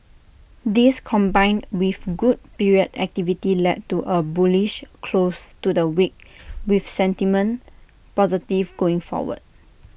this combined with good period activity led to A bullish close to the week with sentiment positive going forward